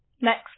Next